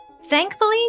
Thankfully